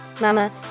Mama